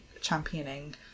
championing